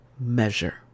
measure